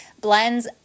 blends